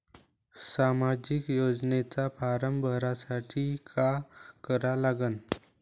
सामाजिक योजनेचा फारम भरासाठी का करा लागन?